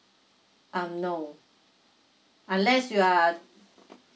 um no unless you're